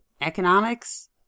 economics